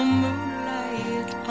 moonlight